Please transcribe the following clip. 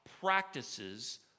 practices